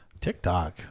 TikTok